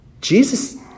Jesus